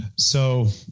so,